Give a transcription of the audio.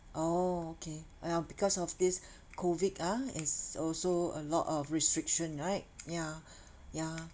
orh okay ya because of this COVID ah it's also a lot of restriction right ya ya